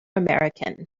american